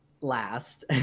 last